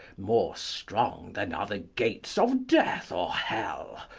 more strong than are the gates of death or hell?